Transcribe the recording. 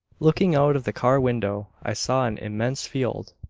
looking out of the car window i saw an immense field,